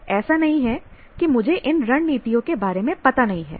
ऐसा नहीं है कि मुझे इन रणनीतियों के बारे में पता नहीं है